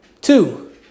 Two